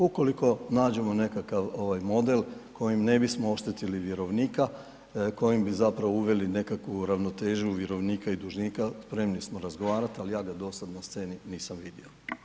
Ukoliko nađemo nekakav model kojim ne bismo oštetili vjerovnika kojim bi uveli nekakvu ravnotežu vjerovnika i dužnika spremni smo razgovarati, ali ja ga do sada na sceni nisam vidio.